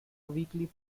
weekly